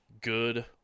good